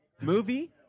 Movie